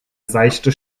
seichte